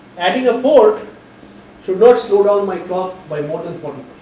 adding a port should not slow down my clock by more than